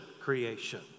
creation